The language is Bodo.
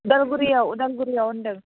उदालगुरियाव उदालगुरियाव होनदों